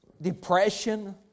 depression